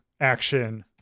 action